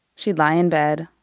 she'd lie in bed.